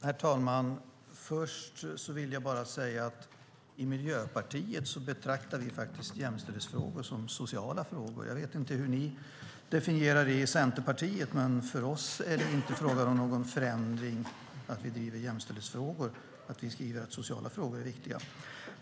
Herr talman! Först vill jag bara säga: I Miljöpartiet betraktar vi jämställdhetsfrågor som sociala frågor. Jag vet inte hur ni i Centerpartiet definierar dem. Men för oss är det inte fråga om någon förändring i att driva jämställdhetsfrågor att vi skriver att sociala frågor är viktiga.